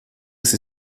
sie